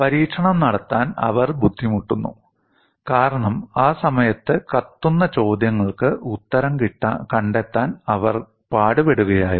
പരീക്ഷണം നടത്താൻ അവർ ബുദ്ധിമുട്ടുന്നു കാരണം ആ സമയത്ത് കത്തുന്ന ചോദ്യങ്ങൾക്ക് ഉത്തരം കണ്ടെത്താൻ അവർ പാടുപെടുകയായിരുന്നു